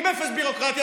עם אפס ביורוקרטיה,